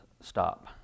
stop